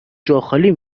جاخالی